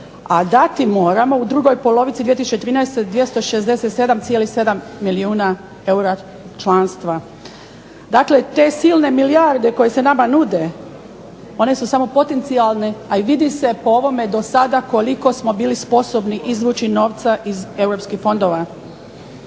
a dati moramo u drugoj polovici 2013. godine 267,7 milijuna eura članstva. Dakle te silne milijarde koje se nama nude one su samo potencijalne, a i vidi se po ovome do sada koliko smo bili sposobni izvući novca iz europskih fondova.